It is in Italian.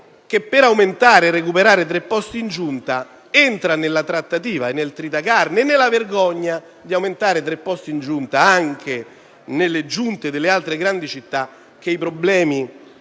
che, per aumentare e recuperare tre posti in Giunta, entra nella trattativa, nel tritacarne e nella vergogna di aumentare di tre posti anche le Giunte delle altre grandi città, che non